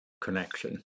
connection